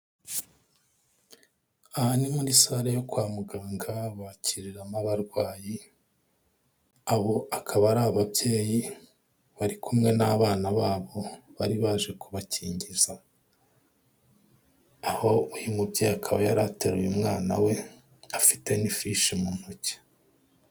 Aha ni muri sale yo kwamuganga bakiriramo abarwayi, abo akaba ari ababyeyi bari kumwe n'abana babo bari baje kubakingiza, aho uyu mubyeyi akaba yari ateruye umwana we afite n'ifishi mu ntoki.